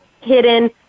hidden